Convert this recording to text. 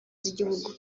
z’igihugu